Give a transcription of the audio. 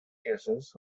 cases